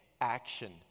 action